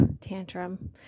tantrum